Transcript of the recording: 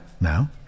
now